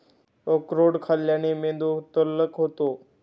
अक्रोड खाल्ल्याने मेंदू तल्लख होतो